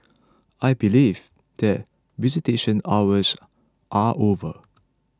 I believe that visitation hours are over